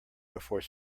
before